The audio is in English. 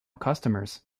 customers